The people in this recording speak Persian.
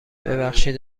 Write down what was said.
ببخشید